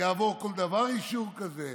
וכל דבר יעבור אישור כזה.